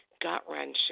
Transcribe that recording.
gut-wrenching